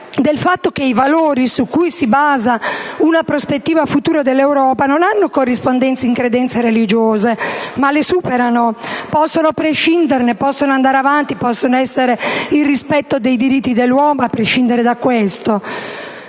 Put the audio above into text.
del fatto che i valori su cui si basa una prospettiva futura dell'Europa non hanno corrispondenza in credenze religiose ma le superano, possono prescinderne, possono andare avanti e possono essere il rispetto dei diritti dell'uomo, a prescindere da questo.